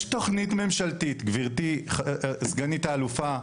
יש תוכנית ממשלתית גברתי סגנית האלופה,